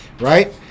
right